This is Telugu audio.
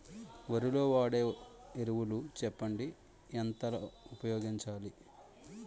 వరిలో వాడే ఎరువులు చెప్పండి? ఎంత లో ఉపయోగించాలీ?